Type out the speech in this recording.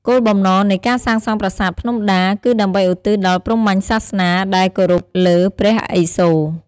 គោលបំណងនៃការសាងសង់ប្រាសាទភ្នំដា គឺដើម្បីឧទ្ទិសដល់ព្រហ្មញ្ញសាសនា ដែលគោរពលើ ព្រះឥសូរ។